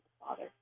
Father